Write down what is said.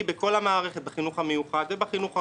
בכל המערכת בחינוך המיוחד ובחינוך הרגיל.